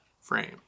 frame